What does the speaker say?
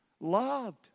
Loved